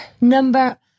Number